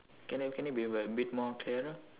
can you can you be a bit more clearer